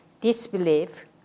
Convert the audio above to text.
disbelief